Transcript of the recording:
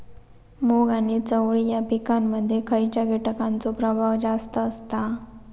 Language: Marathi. मूग आणि चवळी या पिकांमध्ये खैयच्या कीटकांचो प्रभाव जास्त असता?